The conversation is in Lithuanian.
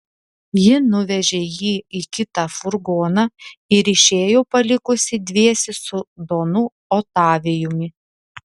ji nuvežė jį į kitą furgoną ir išėjo palikusi dviese su donu otavijumi